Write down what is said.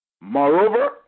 Moreover